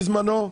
בזמנו,